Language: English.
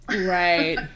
Right